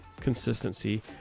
consistency